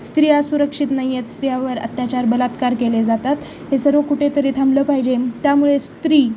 स्त्रिया सुरक्षित नाही आहेत स्त्रियावर अत्याचार बलात्कार केले जातात हे सर्व कुठेतरी थांबलं पाहिजे त्यामुळे स्त्री